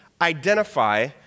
identify